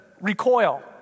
recoil